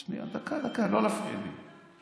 שנייה, דקה, דקה, לא להפריע לי.